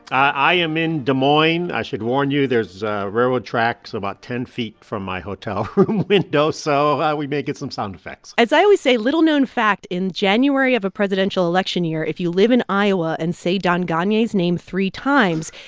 i am in des moines. i should warn you, there's railroad tracks about ten feet from my hotel room window, so we may get some sound effects as i always say, little-known fact in january of a presidential election year, if you live in iowa and say don gonyea's name three times,